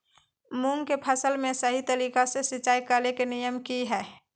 मूंग के फसल में सही तरीका से सिंचाई करें के नियम की हय?